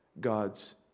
God's